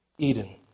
Eden